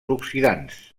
oxidants